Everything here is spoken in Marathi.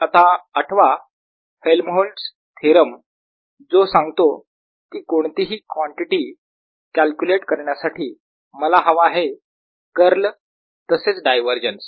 आता आठवा हेल्महोल्ट्झ थेरम जो सांगतो की कोणतीही कॉन्टिटी कॅल्क्युलेट करण्यासाठी मला हवा आहे कर्ल तसेच डायव्हरजन्स